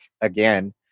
again